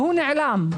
והוא נעלם.